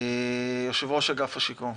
יושב-ראש אגף השיקום,